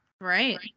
Right